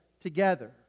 together